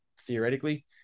theoretically